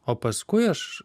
o paskui aš